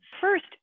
First